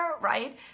right